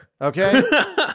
okay